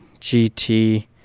GT